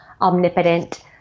omnipotent